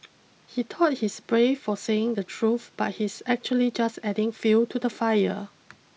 he thought he's brave for saying the truth but he's actually just adding fuel to the fire